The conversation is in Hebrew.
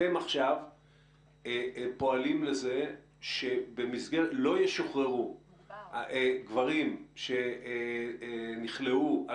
אתם עכשיו פועלים לכך שלא ישוחררו גברים שנכלאו על